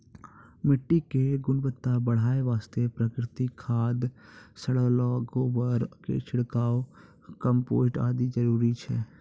मिट्टी के गुणवत्ता बढ़ाय वास्तॅ प्राकृतिक खाद, सड़लो गोबर के छिड़काव, कंपोस्ट आदि जरूरी छै